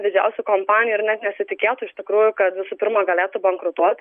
didžiausių kompanijų ir net nesitikėtų iš tikrųjų kad visų pirma galėtų bankrutuot